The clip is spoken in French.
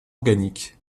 organiques